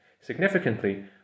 Significantly